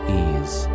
ease